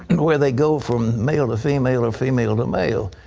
and where they go from male to female or female to male.